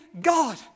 God